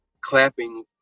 clapping